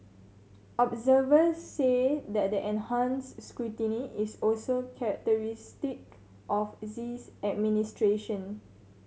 observers say that the enhanced scrutiny is also characteristic of Xi's administration